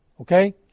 okay